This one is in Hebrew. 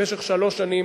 במשך שלוש שנים,